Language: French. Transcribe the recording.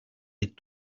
est